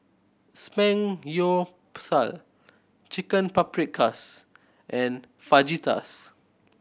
Samgyeopsal Chicken Paprikas and Fajitas